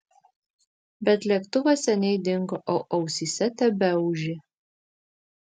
bet lėktuvas seniai dingo o ausyse tebeūžė